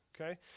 okay